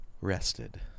rested